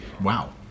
Wow